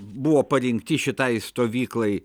buvo parinkti šitai stovyklai